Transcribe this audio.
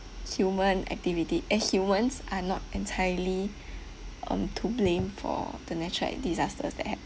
human activity eh humans are not entirely um to blame for the natural disasters that happen